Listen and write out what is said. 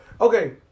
okay